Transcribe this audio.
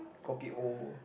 kopi O